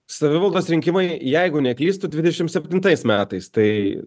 savivaldos rinkimai jeigu neklystu dvidešim septintais metais tai